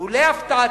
להפתעתי,